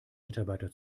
mitarbeiter